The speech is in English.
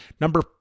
Number